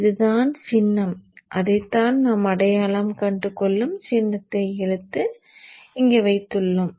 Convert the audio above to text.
இதுதான் சின்னம் அதைத்தான் நாம் அடையாளம் கண்டுகொள்ளும் சின்னத்தை இழுத்து அங்கே வைத்துள்ளோம்